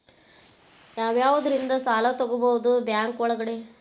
ಯಾವ್ಯಾವುದರಿಂದ ಸಾಲ ತಗೋಬಹುದು ಬ್ಯಾಂಕ್ ಒಳಗಡೆ?